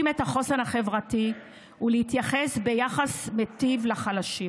את החוסן החברתי ולהתייחס ביחס מיטיב לחלשים.